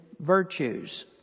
virtues